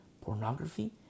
pornography